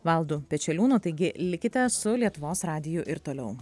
valdu pečeliūnu taigi likite su lietuvos radiju ir toliau